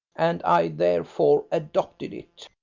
and i therefore adopted it.